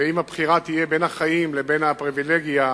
ואם הבחירה תהיה בין החיים לבין הפריווילגיה